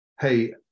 hey